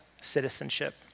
citizenship